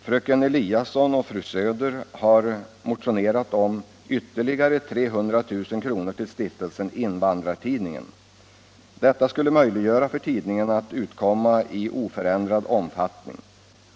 Fröken Eliasson och fru Söder har motionerat om ytterligare 300 000 kr. till stiftelsen Invandrartidningen. Detta skulle möjliggöra för tidningen att utkomma i oförändrad omfattning.